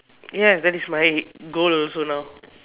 yes that is my goal also now